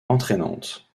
entraînante